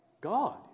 God